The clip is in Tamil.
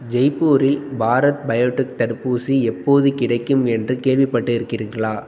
ஜெய்ப்பூரில் பாரத் பயோடெக் தடுப்பூசி எப்போது கிடைக்கும் என்று கேள்விப்பட்டிருக்கிறீர்களா